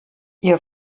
ihr